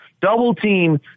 double-team